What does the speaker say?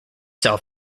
cell